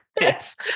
yes